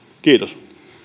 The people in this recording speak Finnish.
kiitos